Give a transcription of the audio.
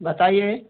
बताइए